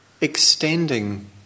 extending